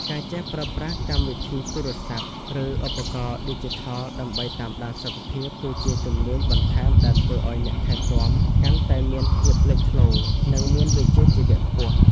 ការចេះប្រើប្រាស់កម្មវិធីទូរស័ព្ទ ឬឧបករណ៍ឌីជីថលដើម្បីតាមដានសុខភាព គឺជាជំនាញបន្ថែមដែលធ្វើឱ្យអ្នកថែទាំកាន់តែមានភាពលេចធ្លោ និងមានវិជ្ជាជីវៈខ្ពស់។